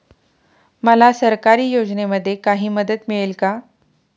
मला सरकारी योजनेमध्ये काही मदत मिळेल का?